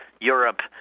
Europe